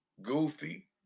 Goofy